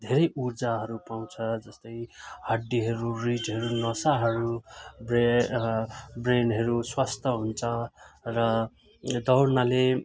धेरै ऊर्जाहरू पाउँछ जस्तै हड्डीहरू रिडहरू नसाहरू ब्रे ब्रेनहरू स्वास्थ्य हुन्छ र दौडनाले